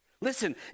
Listen